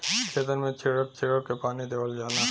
खेतन मे छीड़क छीड़क के पानी देवल जाला